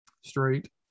straight